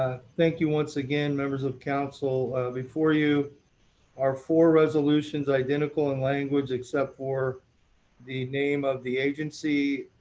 thank you once again, members of council. before you are four resolutions identical in language except for the name of the agency.